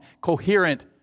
coherent